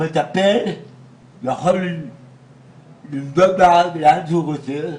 המטפל יכול לנדוד לאן שהוא רוצה,